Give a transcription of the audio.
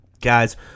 Guys